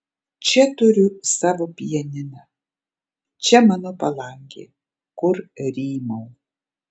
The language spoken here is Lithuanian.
čia turiu savo pianiną čia mano palangė kur rymau